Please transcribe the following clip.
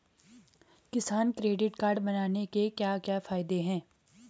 किसान credit card बनाने के क्या क्या फायदे हैं?